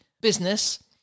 business